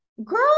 girl